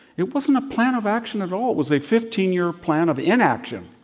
it wasn't a plan of action at all. it was a fifteen year plan of inaction,